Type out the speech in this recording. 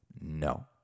no